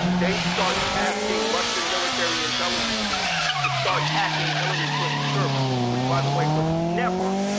they start tasking russian military intelligence teams to start hacking hillary clinton's server which by the way, was never,